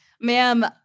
ma'am